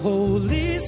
Holy